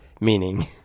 meaning